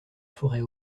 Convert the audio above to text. forêt